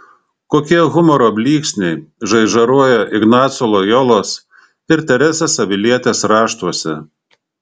kokie humoro blyksniai žaižaruoja ignaco lojolos ir teresės avilietės raštuose